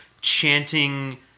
chanting